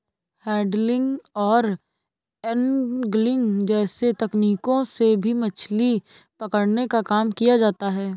handling और angling जैसी तकनीकों से भी मछली पकड़ने का काम किया जाता है